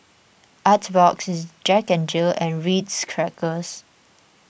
Artbox Jack Jill and Ritz Crackers